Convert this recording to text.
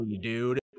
dude